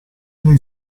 nei